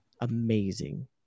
amazing